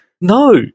No